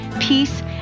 peace